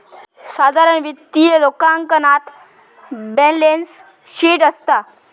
साधारण वित्तीय लेखांकनात बॅलेंस शीट असता